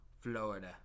Florida